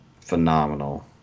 phenomenal